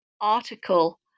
article